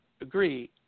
agree